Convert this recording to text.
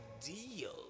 deal